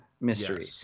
mystery